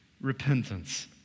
repentance